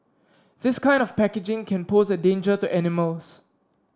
this kind of packaging can pose a danger to animals